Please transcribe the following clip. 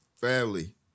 Family